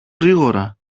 γρήγορα